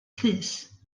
llys